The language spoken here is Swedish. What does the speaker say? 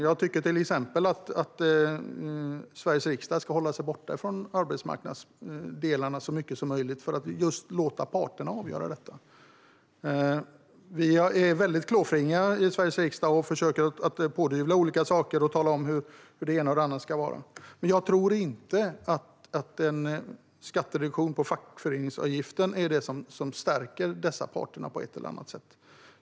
Jag tycker exempelvis att Sveriges riksdag så mycket som möjligt ska hålla sig borta från arbetsmarknadsdelarna för att låta parterna avgöra detta. Vi är väldigt klåfingriga i Sveriges riksdag. Vi försöker pådyvla olika saker och tala om hur det ena och det andra ska vara. Men jag tror inte att en skattereduktion på fackföreningsavgiften på något sätt stärker dessa parter.